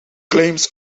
claims